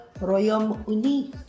Royaume-Uni